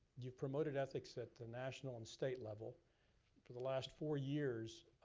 you've promoted ethics at the national and state level for the last four years.